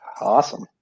Awesome